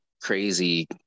crazy